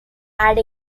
had